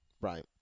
right